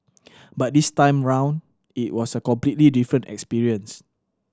but this time around it was a completely different experience